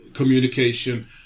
communication